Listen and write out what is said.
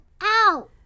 Ow